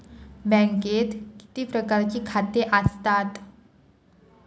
बँकेत किती प्रकारची खाती आसतात?